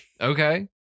Okay